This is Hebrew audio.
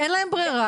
ואין להם ברירה,